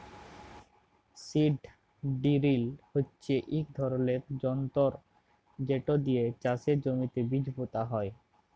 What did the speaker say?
seed drill হচ্যে ইক ধরলের যনতর যেট দিয়ে চাষের জমিতে বীজ পুঁতা হয়